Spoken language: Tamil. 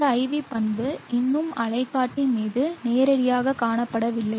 இந்த IV பண்பு இன்னும் அலைக்காட்டி மீது நேரடியாகக் காணப்படவில்லை